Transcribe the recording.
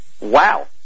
Wow